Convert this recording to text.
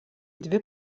dvi